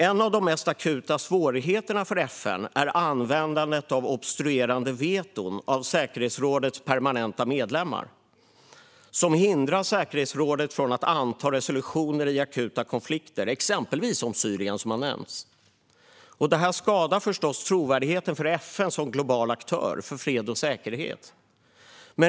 En av de mest akuta svårigheterna för FN är användandet av obstruerande veton av säkerhetsrådets permanenta medlemmar, som hindrar säkerhetsrådet att anta resolutioner i akuta konflikter, exempelvis Syrien, vilket har nämnts. Det här skadar förstås FN:s trovärdighet som global aktör för fred och säkerhet.